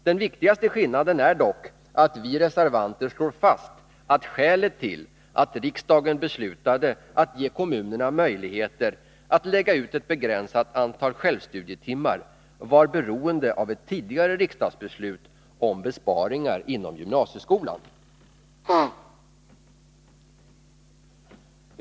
Den viktigaste skillnaden är dock att vi reservanter slår fast att skälet till att riksdagen beslutade att ge kommunerna möjlighet att lägga ut ett begränsat antal självstudietimmar var beroende av ett tidigare riksdagsbeslut om besparingar inom gymnasieskolan.